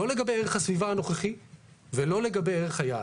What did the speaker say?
לא לגבי ערך הסביבה הנוכחי ולא לגבי ערך היעד.